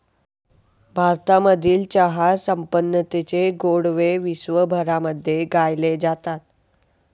भारतामधील चहा संपन्नतेचे गोडवे विश्वभरामध्ये गायले जातात